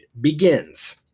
begins